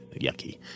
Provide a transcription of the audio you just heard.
Yucky